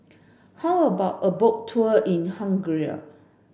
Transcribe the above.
how about a boat tour in Hungary